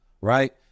right